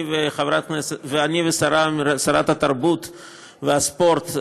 אני ושרת התרבות והספורט,